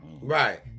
right